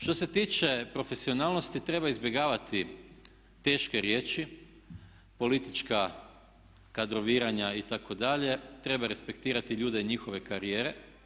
Što se tiče profesionalnosti treba izbjegavati teške riječi, politička kadroviranja itd., treba respektirati ljude i njihove karijere.